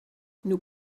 nous